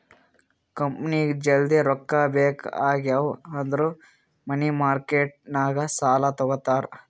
ಕಂಪನಿಗ್ ಜಲ್ದಿ ರೊಕ್ಕಾ ಬೇಕ್ ಆಗಿವ್ ಅಂದುರ್ ಮನಿ ಮಾರ್ಕೆಟ್ ನಾಗ್ ಸಾಲಾ ತಗೋತಾರ್